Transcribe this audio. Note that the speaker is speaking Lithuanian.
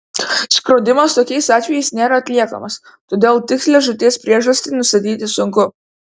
skrodimas tokiais atvejais nėra atliekamas todėl tikslią žūties priežastį nustatyti sunku